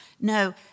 No